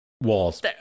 walls